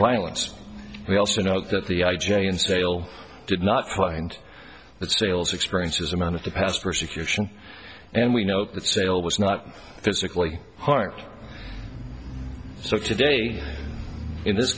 violence we also know that the i g in sale did not find that sales experiences amount of the past persecution and we know that sale was not physically harmed so today in this